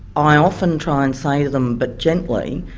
i often try and say to them, but gently,